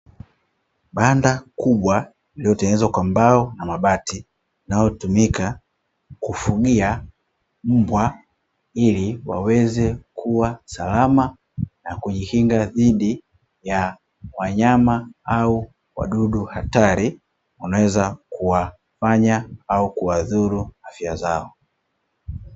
Banda kubwa lililotengenezwa kwa mbao na mabati nao tumika kufugia mbwa, ili waweze kuwa salama na kujikinga dhidi ya wanyama au wadudu hatari, ambao wanaweza kuwafanya au kuwadhuru afya zao.